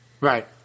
Right